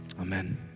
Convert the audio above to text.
Amen